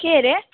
के अरे